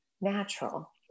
natural